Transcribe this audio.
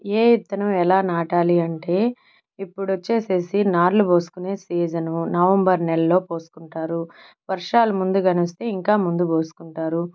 ఏ విత్తనం ఎలా నాటాలి అంటే ఇప్పుడు వచ్చేసి నార్లు పోసుకునే సీజను నవంబర్ నెలలో పోసుకుంటారు వర్షాలు ముందుగానే వస్తే ఇంకా ముందు పోసుకుంటారు